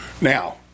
Now